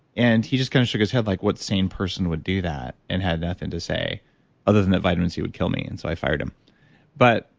and he just kind of shook his head like, what sane person would do that? and had nothing to say other than that vitamin c would kill me and so i fired him but